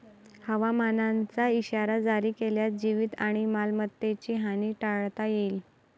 हवामानाचा इशारा जारी केल्यास जीवित आणि मालमत्तेची हानी टाळता येईल